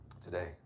Today